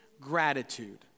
gratitude